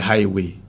Highway